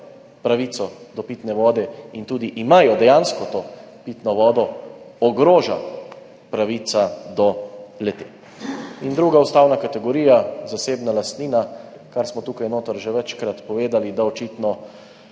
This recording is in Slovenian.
pravico do pitne vode in tudi dejansko imajo to pitno vodo, ogroža pravica do le-te. In druga ustavna kategorija, zasebna lastnina, kar smo tukaj že večkrat povedali, da očitno